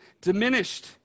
diminished